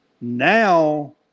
now